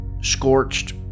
scorched